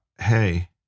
Hey